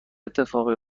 اتفاقی